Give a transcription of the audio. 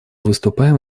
выступаем